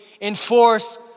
enforce